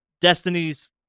Destiny's